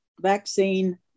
vaccine